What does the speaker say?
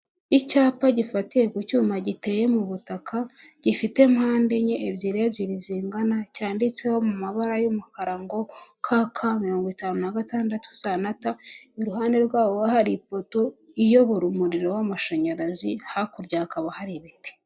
Icyapa gifatiye ku cyuma giteye mu butaka, gifite pande enye ebyiri ebyiri zingana cyanditseho mu mabara y'umukara ngo KK mirongo itanu na gatandatu S na T, iruhande rwabo hari ipoto iyobora umuriro w'amashanyarazi, hakurya hakaba har'ibiti.